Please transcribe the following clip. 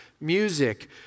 music